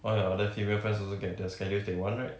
all your other female friends also get their schedules they want right